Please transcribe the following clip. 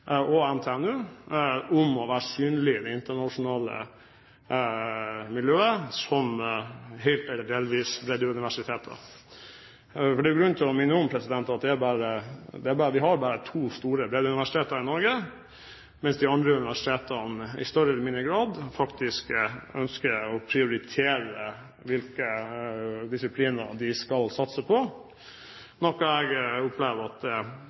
og NTNU – om å være synlig i det internasjonale miljøet som helt eller delvis breddeuniversitet. Det er grunn til å minne om at vi har bare to store breddeuniversiteter i Norge; de andre universitetene ønsker i større eller mindre grad å prioritere hvilke disipliner de skal satse på, og jeg opplever at